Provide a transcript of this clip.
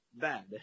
Bad